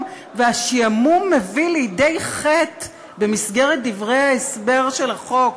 והשעמום מביא לידי חטא במסגרת דברי ההסבר של החוק.